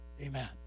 Amen